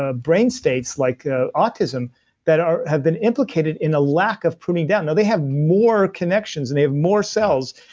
ah brain states like ah autism that have been implicated in a lack of pruning down. now, they have more connections and they have more cells,